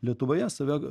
lietuvoje save